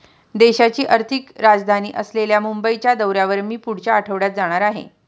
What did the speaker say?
देशाची आर्थिक राजधानी असलेल्या मुंबईच्या दौऱ्यावर मी पुढच्या आठवड्यात जाणार आहे